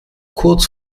kurz